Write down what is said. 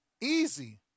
Easy